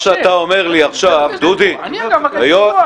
מה שאתה אומר לי עכשיו --- אני אגב מבקש לקבוע,